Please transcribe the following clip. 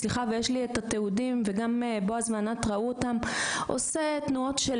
סליחה ויש לי את התיעודים וגם בעז וענת ראו אותם,